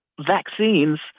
vaccines